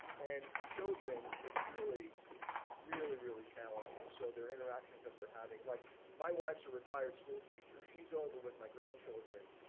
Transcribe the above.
and for children, it's really really really challenging so their interactions that they're having like my wife's, a retired school teacher she's over with my grandchildren,